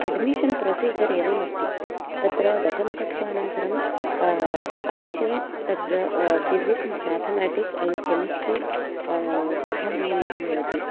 admission procedure एवम् अस्ति तत्र दशमी कक्षानन्तरम् अवश्यं तत्र फ़िसिक्स् म्याथमेटिक्स् एण्ड् केमेस्ट्रि पठनीयमिति भवति